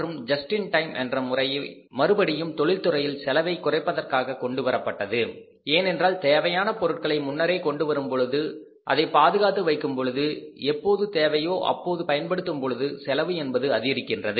மற்றும் just in time என்ற முறை மறுபடியும் தொழில்துறையில் செலவைக் குறைப்பதற்காக கொண்டுவரப்பட்டது ஏனென்றால் தேவையான பொருட்களை முன்னரே கொண்டு வரும்பொழுது அதை பாதுகாத்து வைக்கும்பொழுது எப்போது தேவையோ அப்போது பயன்படுத்தும்பொழுது செலவு என்பது அதிகரிக்கின்றது